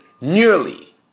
nearly